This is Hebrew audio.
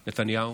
נתניהו.